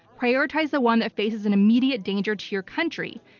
prioritize the one that faces an immediate danger to your country.